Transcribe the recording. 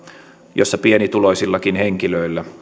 jossa pienituloisillakin henkilöillä